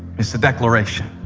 it's a declaration,